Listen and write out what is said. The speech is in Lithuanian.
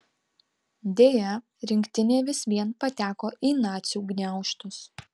deja rinktinė vis vien pateko į nacių gniaužtus